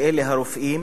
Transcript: שאלה הרופאים,